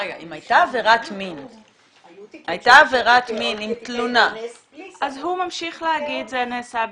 אם הייתה עבירת מין עם תלונה --- אז הוא ממשיך להגיד שזה נעשה בהסכמה.